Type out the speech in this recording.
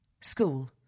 School